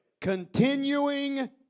Continuing